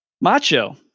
Macho